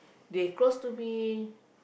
they close to me